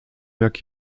jak